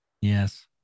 Yes